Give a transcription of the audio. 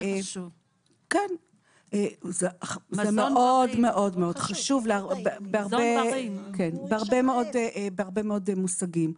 זה מאוד חשוב בהרבה מאוד מושגים.